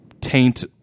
taint